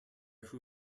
who